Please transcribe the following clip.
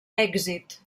èxit